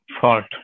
fault